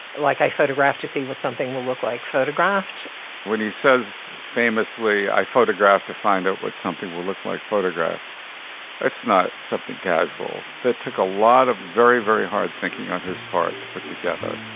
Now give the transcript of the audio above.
like i photograph to see what something will look like, photographed what he says famously i photograph to find out what something will look like photographed it's not something casual that took a lot of very, very hard thinking on his but together